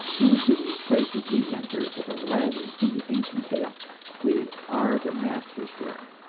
into these places we enter as aladdin in the ancient tale we are the masters here,